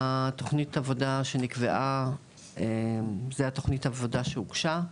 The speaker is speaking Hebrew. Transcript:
תוכנית העבודה שנקבעה זו תוכנית העבודה שהוגשה.